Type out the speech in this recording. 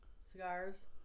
cigars